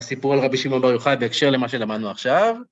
סיפור על רבי שמעון בר יוחאי בהקשר למה שלמדנו עכשיו.